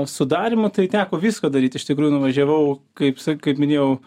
o su darymu tai teko visko daryti iš tikrųjų nuvažiavau kaip sak kaip minėjau